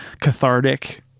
cathartic